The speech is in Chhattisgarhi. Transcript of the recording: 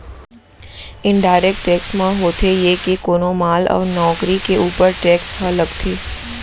इनडायरेक्ट टेक्स म होथे ये के कोनो माल अउ नउकरी के ऊपर टेक्स ह लगथे